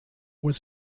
was